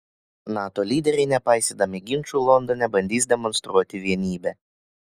nato lyderiai nepaisydami ginčų londone bandys demonstruoti vienybę